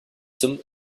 zum